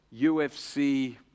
UFC